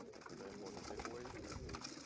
it's and very important takeaway kind of two.